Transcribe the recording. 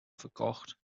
verkocht